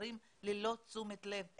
שנשארים ללא תשומת לב.